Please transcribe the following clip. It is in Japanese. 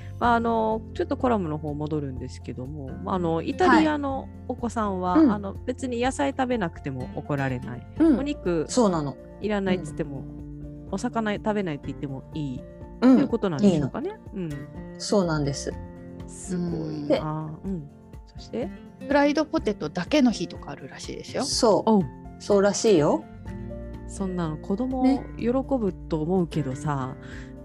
まあ、あの、ちょっとコラムの方戻るんですけども、まあ、あの、イタリアはい。のお子さんは、うん。あの、別に野菜食べなくても怒られない。うん。お肉そうなの。いらないっつっても、うん。お魚食べないって言ってもいい、うん。ということなんでしょうかね。うん。いいの。うん。そうなんです。すごいで、な。うん。そして？フライドポテトだけの日とかあるらしいですよ。そう。おう。そうらしいよ。そんなの子供ね。喜ぶと思うけどさ。